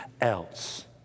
else